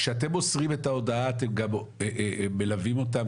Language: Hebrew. כשאתם מוסרים את ההודעה אתם גם מלווים אותם?